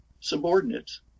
subordinates